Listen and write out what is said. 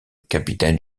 capitaine